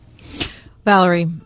Valerie